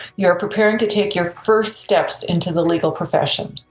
you're preparing to take your first steps into the legal profession.